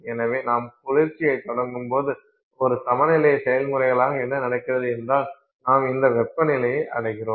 எனவே நாம் குளிர்ச்சியைத் தொடங்கும்போது ஒரு சமநிலை செயல்முறைகளாக என்ன நடக்கிறது என்றால் நாம் இந்த வெப்பநிலையை அடைகிறோம்